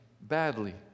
badly